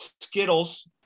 Skittles